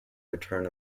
return